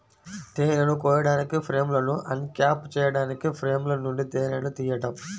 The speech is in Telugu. తేనెను కోయడానికి, ఫ్రేమ్లను అన్క్యాప్ చేయడానికి ఫ్రేమ్ల నుండి తేనెను తీయడం